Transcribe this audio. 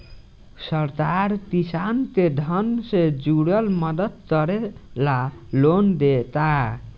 सरकार किसान के धन से जुरल मदद करे ला लोन देता